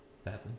Sadly